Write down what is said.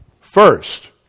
First